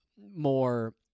more